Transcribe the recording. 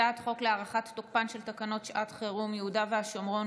הצעת חוק להארכת תוקפן של תקנות שעת חירום (יהודה והשומרון,